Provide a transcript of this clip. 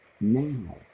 now